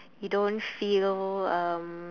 you don't feel um